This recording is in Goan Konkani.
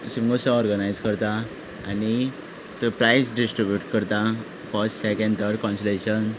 शिगमोत्सव ओर्गनायझ करता आनी थंय प्रायज डिस्ट्रीब्यूट करता फर्स्ट सॅकंड थर्ड कॉन्सोलेशन